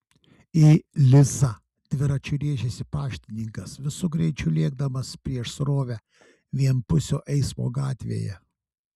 į lizą dviračiu rėžėsi paštininkas visu greičiu lėkdamas prieš srovę vienpusio eismo gatvėje